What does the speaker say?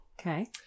Okay